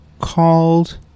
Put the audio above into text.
called